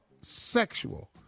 sexual